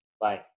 Bye